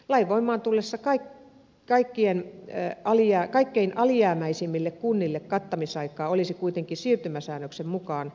lain voimaan tullessa kaikkein alijäämäisimmille kunnille kattamisaikaa olisi kuitenkin siirtymäsäännöksen mukaan kuusi vuotta